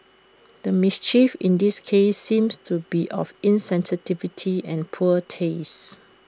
the mischief in this case seems to be of insensitivity and poor taste